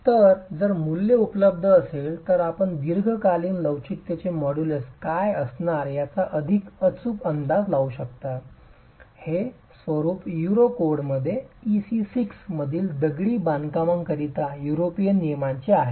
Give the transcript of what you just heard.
तर जर मूल्य उपलब्ध असेल तर आपण दीर्घकालीन लवचिकतेचे मॉड्यूलस काय असणार याचा अधिक अचूक अंदाज लावू शकता हे स्वरूप युरो कोडमध्ये EC 6 मधील दगडी बांधकामांकरिता युरोपियन नियमांचे आहे